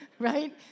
right